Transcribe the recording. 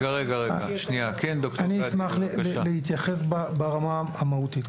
אני אשמח להתייחס ברמה המהותית.